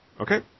Okay